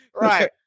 Right